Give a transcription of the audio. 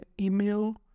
email